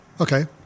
Okay